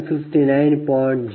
029PLoss0